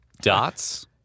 Dots